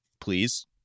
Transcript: Please